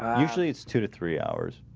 actually, it's two to three hours,